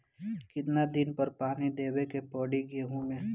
कितना दिन पर पानी देवे के पड़ी गहु में?